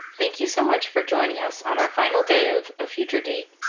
thank you so much for joining us on our final day of a future date.